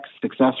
success